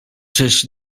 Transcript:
czyż